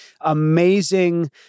amazing